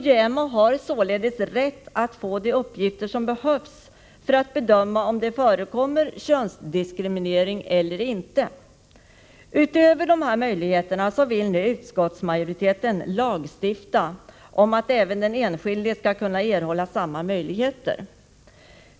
JämO har således rätt att få de uppgifter som behövs för att bedöma om det förekommer könsdiskriminering eller inte. Utöver dessa möjligheter vill nu utskottsmajoriteten lagstifta om att även den enskilde skall kunna erhålla samma möjligheter.